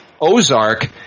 Ozark